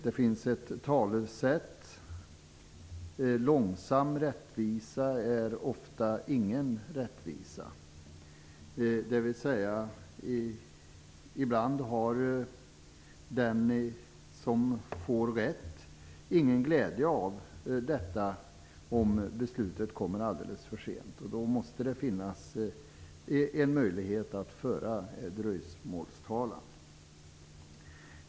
Det finns ett talesätt: Långsam rättvisa är ofta ingen rättvisa. Det betyder att den som får rätt ibland inte har någon glädje av detta, om beslutet kommer alldeles för sent. Då måste det finnas en möjlighet att föra dröjsmålstalan.